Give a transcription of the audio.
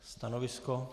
Stanovisko?